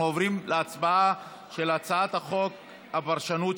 אנחנו עוברים להצבעה על הצעת חוק הפרשנות,